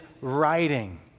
writing